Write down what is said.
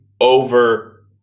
over